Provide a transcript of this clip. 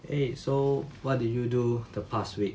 eh so what did you do the past week